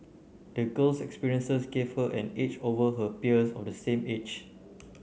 the girl's experiences gave her an edge over her peers of the same age